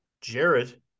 Jared